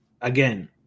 again